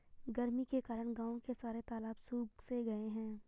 गर्मी के कारण गांव के सारे तालाब सुख से गए हैं